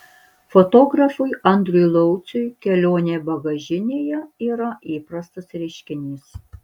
fotografui andriui lauciui kelionė bagažinėje yra įprastas reiškinys